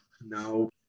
No